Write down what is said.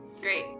Great